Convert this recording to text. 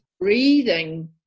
breathing